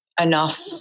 enough